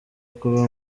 kuba